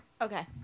Okay